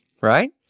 right